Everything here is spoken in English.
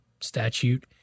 statute